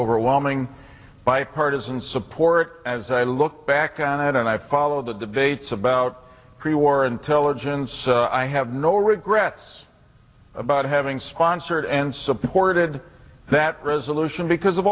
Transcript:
overwhelming bipartisan support as i look back on it and i followed the debates about pre war intelligence i have no regrets about having sponsored and supported that resolution because of